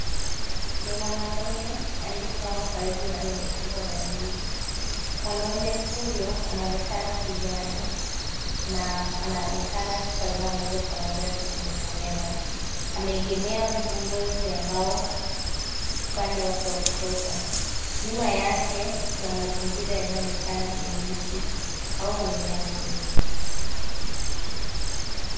Ni mwanaume aliyesimama karibu na rundo kubwa la ndizi. Mwanaume huyo anaonekana kijana na anaoneka akitazama moja kwa moja kwenye kamera. Ameegemea nguzo ya mbao upande wake wa kushoto. Nyuma yake, kuna mazingira yanayoonekana ni miti au mimea mingi.